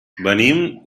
venim